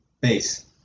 Base